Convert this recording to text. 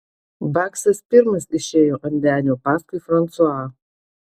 baksas pirmas išėjo ant denio paskui fransuą